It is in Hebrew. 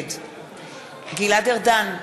נגד גלעד ארדן,